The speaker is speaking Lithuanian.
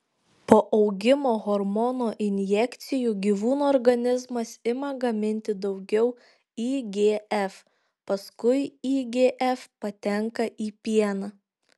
po augimo hormono injekcijų gyvūnų organizmas ima gaminti daugiau igf paskui igf patenka į pieną